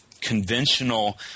conventional